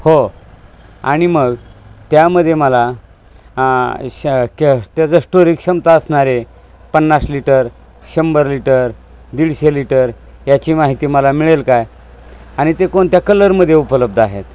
हो आणि मग त्यामध्ये मला श क्य त्याचं स्टोरेज क्षमता असणारे पन्नास लिटर शंभर लिटर दीडशे लिटर याची माहिती मला मिळेल काय आणि ते कोणत्या कलरमध्ये उपलब्ध आहेत